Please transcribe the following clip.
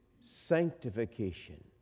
sanctification